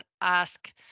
ask